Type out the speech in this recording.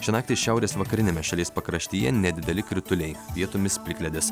šią naktį šiaurės vakariniame šalies pakraštyje nedideli krituliai vietomis plikledis